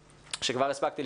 שכבר הספקתי לפגוש,